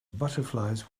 butterflies